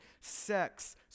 sex